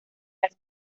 las